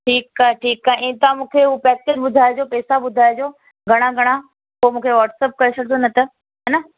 ठीकु आहे ठीकु आहे इअं तव्हां मूंखे हूअ पैसा ॿुधाइजो पैसा ॿुधाइजो घणा घणा पोइ मूंखे वॉट्सअप करे छॾिजो नत हान